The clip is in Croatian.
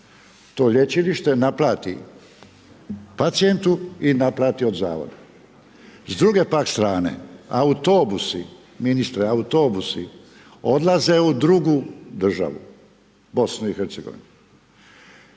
To lječilište naplati pacijentu i naplati od zavoda. S druge pak strane autobusi ministre, autobusi odlaze u drugu državu, u BiH.